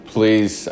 Please